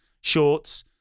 shorts